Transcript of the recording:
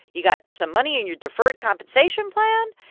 you got some money in your deferred compensation plan.